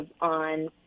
on